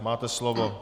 Máte slovo.